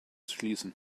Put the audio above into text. schließen